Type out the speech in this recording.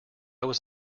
was